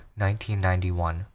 1991